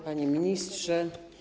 Panie Ministrze!